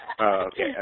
okay